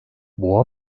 boğa